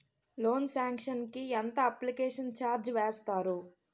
Loan sanction కి ఎంత application charge వేస్తారు?